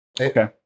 Okay